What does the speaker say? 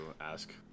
ask